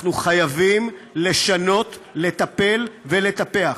אנחנו חייבים לשנות, לטפל ולטפח.